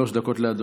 שלוש דקות לאדוני.